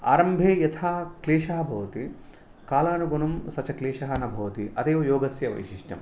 आरम्भे यथा क्लेशः भवति कालानुगुणं स च क्लेशः न भवति तदेव योगस्य वैशिष्ट्यं